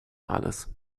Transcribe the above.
alles